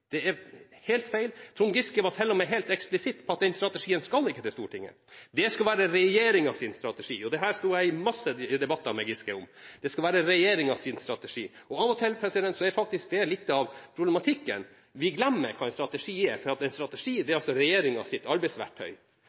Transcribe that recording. det er helt feil. Trond Giske var til og med helt eksplisitt på at den strategien ikke skulle til Stortinget. Det skulle være regjeringens strategi. Dette var jeg i mange debatter med Giske om: Det skulle være regjeringens strategi. Av og til er faktisk det litt av problematikken. Vi glemmer hva en strategi er. En strategi er regjeringens arbeidsverktøy. Å forankre ting i Stortinget gjør man på andre måter. Det